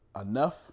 Enough